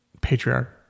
patriarch